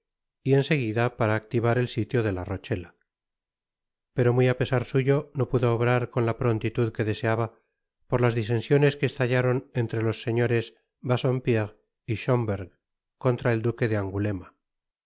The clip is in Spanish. y en seguida para activar el sitio de la rochela pero muy á pesar suyo no pudo obrar con la prontitud que deseaba por las disensiones que estallaron entre los señores bassompierre y schomberg contra el duque de angulema